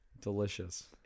Delicious